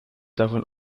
davon